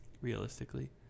realistically